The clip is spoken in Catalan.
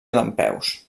dempeus